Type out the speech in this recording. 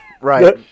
Right